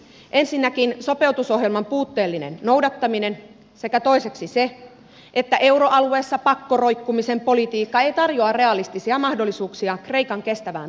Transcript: ensinnäkin sopeutusohjelman puutteellinen noudattaminen sekä toiseksi se että euroalueessa pakkoroikkumisen politiikka ei tarjoa realistisia mahdollisuuksia kreikan kestävään toipumiseen